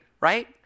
right